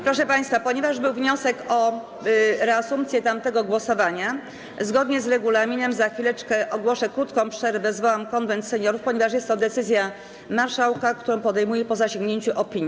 Proszę państwa, ponieważ był wniosek o reasumpcję tamtego głosowania, zgodnie z regulaminem za chwileczkę ogłoszę krótką przerwę i zwołam Konwent Seniorów - ponieważ jest to decyzja marszałka, którą podejmuje po zasięgnięciu opinii.